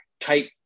type